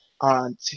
on